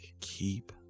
keep